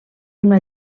una